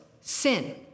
sin